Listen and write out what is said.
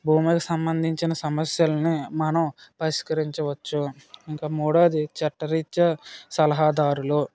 భూములకు సంబంధించిన సమస్యలని మనం పరిష్కరించవచ్చు ఇంకా మూడవది చట్టరీత్యా సలహాదారులు